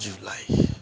जुलाई